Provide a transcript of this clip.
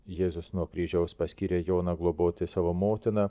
jėzus nuo kryžiaus paskyrė joną globoti savo motiną